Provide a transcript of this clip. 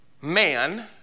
man